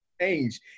change